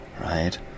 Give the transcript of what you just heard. right